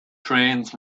trains